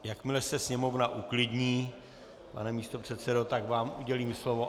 Jakmile se sněmovna uklidní, pane místopředsedo, tak vám udělím slovo.